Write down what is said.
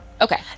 Okay